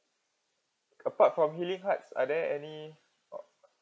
apart from healing hearts are there any uh